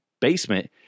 basement